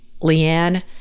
Leanne